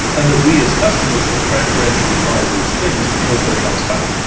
and that we as customers will preferentially buy those things because they are transparent.